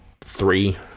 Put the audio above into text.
three